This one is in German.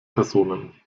personen